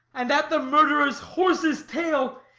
and at the murderer's horse's tail,